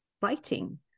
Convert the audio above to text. fighting